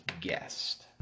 guest